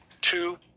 Two